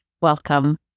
Welcome